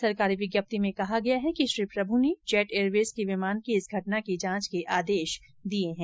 सरकारी विज्ञप्ति में कहा गया है कि श्री प्रम् ने जेट एयरवेज के विमान की इस घटना की जांच के आदेश दिए हैं